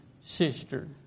sister